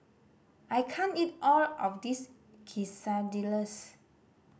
I can't eat all of this Quesadillas